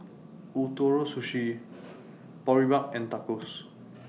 Ootoro Sushi Boribap and Tacos